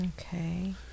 Okay